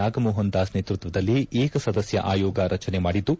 ನಾಗಮೋಹನ್ ದಾಸ್ ನೇತೃತ್ವದಲ್ಲಿ ಏಕ ಸದಸ್ಯ ಆಯೋಗ ರಚನೆ ಮಾಡಿದ್ದು